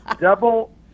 double